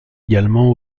également